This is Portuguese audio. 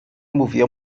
movia